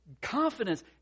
confidence